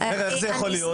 איך זה יכול להיות?